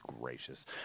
Gracious